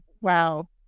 Wow